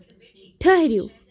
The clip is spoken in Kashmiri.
ٹھٔہرِو